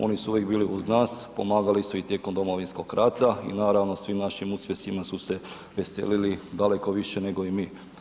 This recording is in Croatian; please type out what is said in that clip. Oni su uvijek bili uz nas, pomagali su i tijekom Domovinskog rata i naravno svim našim uspjesima su se veselili daleko više nego i mi.